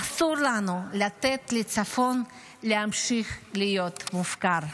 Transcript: אסור לנו לתת לצפון להמשיך להיות מופקר.